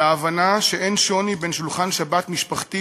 על ההבנה שאין שוני בין שולחן שבת משפחתי,